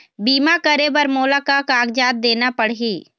बीमा करे बर मोला का कागजात देना पड़ही?